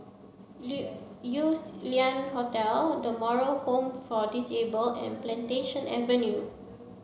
yews Lian Hotel the Moral Home for Disabled and Plantation Avenue